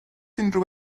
unrhyw